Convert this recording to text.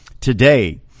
Today